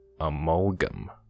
amalgam